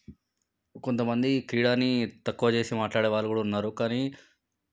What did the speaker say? కొంతమంది క్రీడని తక్కువ చేసి మాట్లాడే వాళ్ళు కూడా ఉన్నారు కానీ